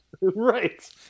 Right